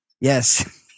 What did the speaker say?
Yes